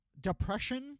depression